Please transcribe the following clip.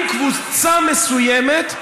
עם קבוצה מסוימת,